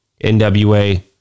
NWA